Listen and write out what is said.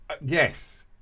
Yes